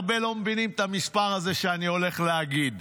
הרבה לא מבינים את המספר הזה שאני הולך להגיד: